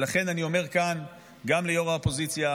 ולכן אני אומר כאן גם לראש האופוזיציה,